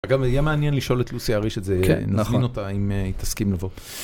אגב, יהיה מעניין לשאול את לוסי אהריש את זה, נזמין אותה אם היא תסכים לבוא.